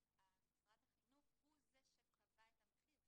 משרד החינוך הוא זה שקבע את המחיר.